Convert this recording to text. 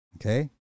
Okay